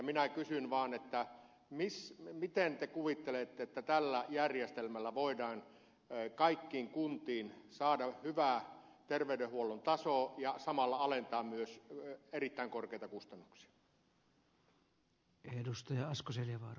minä kysyn vaan miten te kuvittelette että tällä järjestelmällä voidaan kaikkiin kuntiin saada hyvä terveydenhuollon taso ja samalla alentaa myös erittäin korkeita kustannuksia